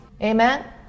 Amen